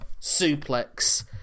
Suplex